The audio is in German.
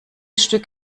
stück